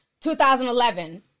2011